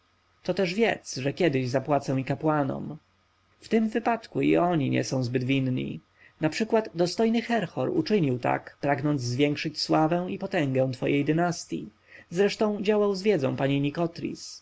to też wiedz że kiedyś zapłacę i kapłanom w tym wypadku i oni nie są zbyt winni naprzykład dostojny herhor uczynił tak pragnąc zwiększyć sławę i potęgę twojej dynastji zresztą działał z wiedzą pani